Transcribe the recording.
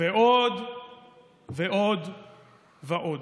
ועוד ועוד ועוד.